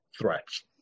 threats